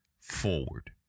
forward